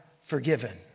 forgiven